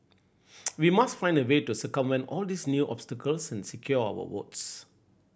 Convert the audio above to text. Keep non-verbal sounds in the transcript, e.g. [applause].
[noise] we must find a way to circumvent all these new obstacles and secure our votes